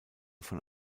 von